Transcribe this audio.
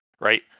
Right